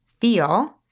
feel